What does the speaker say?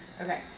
Okay